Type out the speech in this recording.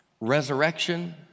resurrection